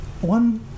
one